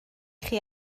chi